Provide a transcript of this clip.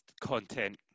content